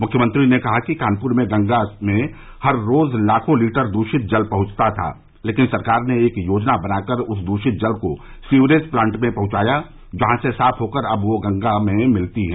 मुख्यमंत्री ने कहा कि कानपुर में गंगा में हर रोज लाखों लीटर दूषित जल पहुंचता था लेकिन सरकार ने एक योजना बनाकर उस दूषित जल को सीवरेज प्लांट में पहचाया जहां से साफ होकर अब वह जल गंगा में मिलता है